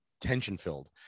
tension-filled